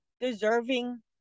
deserving